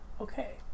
okay